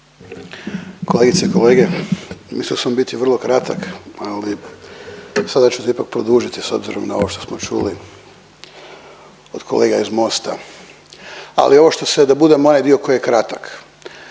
Kolegice i kolege mislio sam biti vrlo kratak, ali sada ću se ipak produžiti s obzirom na ovo što smo čuli od kolega iz MOST-a. Ali …/Govornik se ne razumije./… onaj dio koji je kratak.